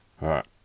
right